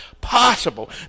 possible